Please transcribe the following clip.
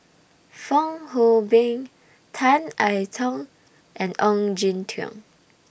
Fong Hoe Beng Tan I Tong and Ong Jin Teong